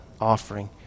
offering